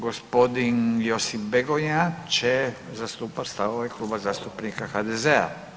Gospodin Josip Begonja će zastupat stavove Kluba zastupnika HDZ-a.